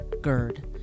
GERD